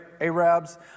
Arabs